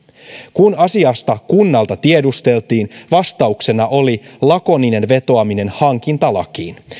kun asiasta kunnalta tiedusteltiin vastauksena oli lakoninen vetoaminen hankintalakiin